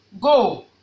go